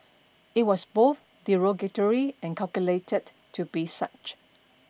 it was both derogatory and calculated to be such